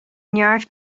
neart